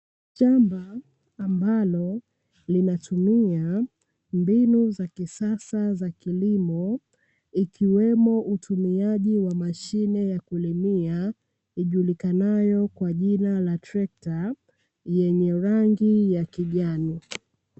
Shamba ambalo linatumia mbinu za kisasa za kilimo ikiwemo utumiaji wa mashine ya kulimia, ijulikanayo kwa jina la trekta yenye rangi ya kijani.